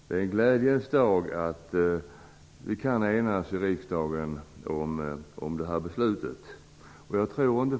Det är en glädjens dag när vi nu kan ena oss om detta beslut i riksdagen.